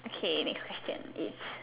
okay next question